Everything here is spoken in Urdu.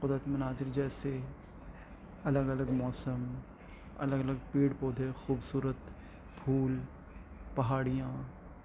قدرتی مناظر جیسے الگ الگ موسم الگ الگ پیڑ پودے خوبصورت پھول پہاڑیاں